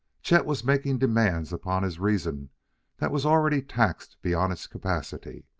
chet was making demands upon his reason that was already taxed beyond its capacity.